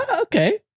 Okay